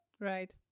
right